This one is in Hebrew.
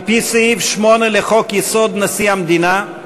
על-פי סעיף 8 לחוק-יסוד: נשיא המדינה,